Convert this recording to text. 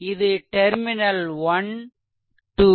இது டெர்மினல் 12